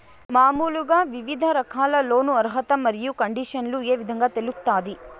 మామూలుగా వివిధ రకాల లోను అర్హత మరియు కండిషన్లు ఏ విధంగా తెలుస్తాది?